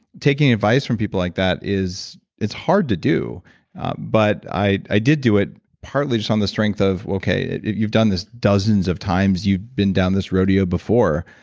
taking advice from people like that, it's hard to do but i i did do it, partly just on the strength of, okay, you've done this dozens of times. you've been down this rodeo before.